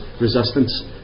resistance